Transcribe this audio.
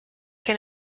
che